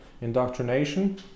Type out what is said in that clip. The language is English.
indoctrination